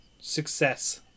success